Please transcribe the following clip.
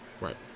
Right